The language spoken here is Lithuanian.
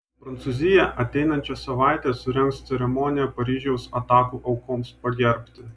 prancūzija ateinančią savaitę surengs ceremoniją paryžiaus atakų aukoms pagerbti